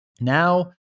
now